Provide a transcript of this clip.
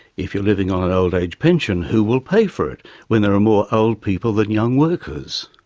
if you're living on an old-age pension, who will pay for it when there are more old people than young workers?